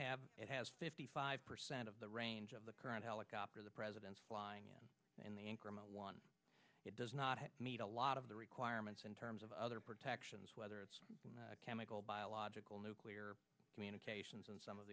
have it has fifty five percent of the range of the current helicopter the president flying in the increment one it does not meet a lot of the requirements in terms of other protections whether it's chemical biological nuclear communications and some of